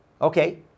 Okay